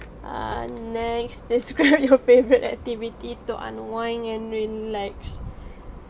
err next describe your favourite activity to unwind and relax